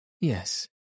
Yes